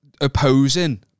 opposing